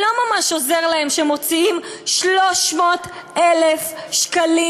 לא ממש עוזר להם שמוציאים 300,000 שקלים